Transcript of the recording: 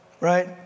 Right